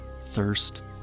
thirst